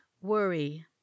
worry